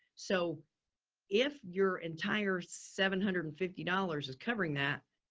so if your entire seven hundred and fifty dollars is covering that